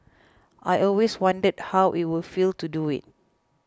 I always wondered how it would feel to do it